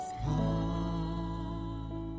come